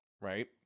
right